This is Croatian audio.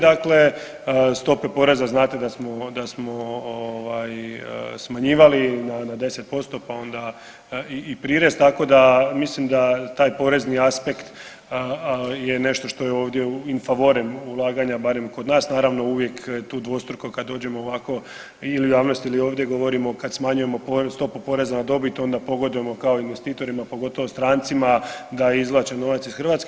Dakle, stope poreza znate da smo smanjivali na 10% pa onda i prirez, mislim da taj porezni aspekt je nešto što je ovdje in favorem ulaganja barem kod nas, naravno uvijek tu dvostruko kad dođemo ovako ili javnosti ili ovdje govorimo kad smanjujemo stopu poreza na dobit onda pogodujemo kao investitorima pogotovo strancima da izvlače novac iz Hrvatske.